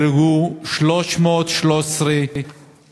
בשנת 2016 כבר נהרגו 313 בני-אדם,